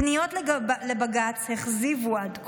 פניות לבג"ץ הכזיבו עד כה,